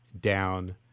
down